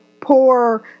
poor